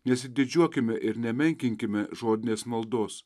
nesididžiuokime ir nemenkinkime žodinės maldos